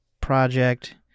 project